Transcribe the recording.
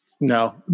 no